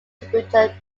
computer